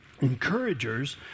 Encouragers